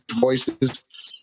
voices